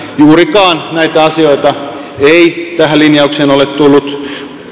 juurikaan näitä asioita ei tähän linjaukseen ole tullut